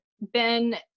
Ben